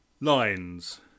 Lines